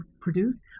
produce